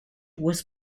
was